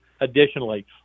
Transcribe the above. Additionally